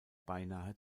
beinahe